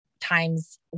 times